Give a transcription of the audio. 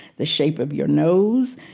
the shape of your nose,